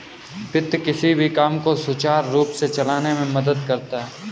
वित्त किसी भी काम को सुचारू रूप से चलाने में मदद करता है